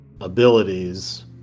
abilities